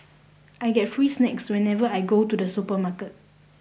I get free snacks whenever I go to the supermarket